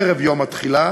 ערב יום התחילה,